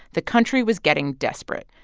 the country was getting desperate.